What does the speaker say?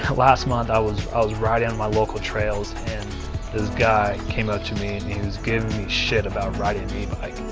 last month i was i was riding my local trails and this guy come up to me, and he was giving me shit about riding an e-bike.